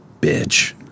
bitch